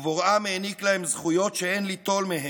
ובוראם העניק להם זכויות שאין ליטול מהם,